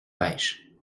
pêchent